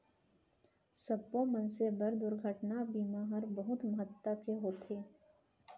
सब्बो मनसे बर दुरघटना बीमा हर बहुत महत्ता के होथे